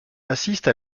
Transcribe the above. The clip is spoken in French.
assiste